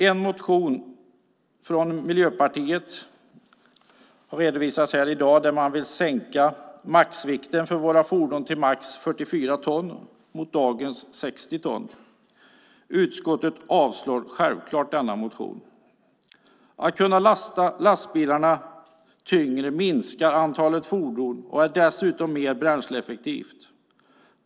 En motion från Miljöpartiet redovisas här i dag där man vill sänka maxvikten för våra fordon till 44 ton från dagens 60. Utskottet avstyrker självfallet denna motion. Att kunna lasta lastbilarna tyngre minskar antalet fordon och är dessutom mer bränsleeffektivt.